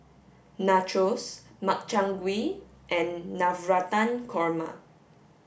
Nachos Makchang gui and Navratan Korma